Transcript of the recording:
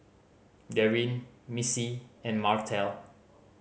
Darryn Missy and Martell